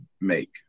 make